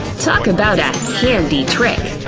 talk about a handy trick.